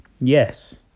Yes